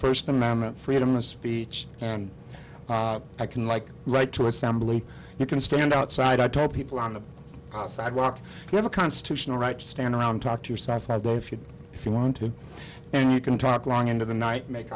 first amendment freedom of speech and i can like right to assembly you can stand outside i tell people on the sidewalk you have a constitutional right to stand around talk to your staff as though if you if you want to and you can talk long into the night make